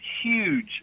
huge